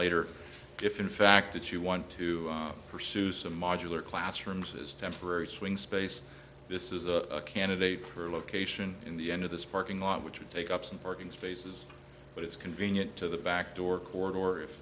later if in fact that you want to pursue some modular classrooms as temporary swing space this is a candidate per location in the end of this parking lot which would take up some parking spaces but it's convenient to the backdoor corridor or if